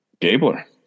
Gabler